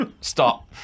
stop